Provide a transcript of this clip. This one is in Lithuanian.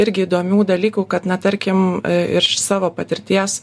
irgi įdomių dalykų kad na tarkim ir iš savo patirties